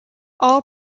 all